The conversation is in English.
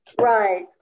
Right